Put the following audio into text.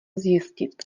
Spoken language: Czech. zjistit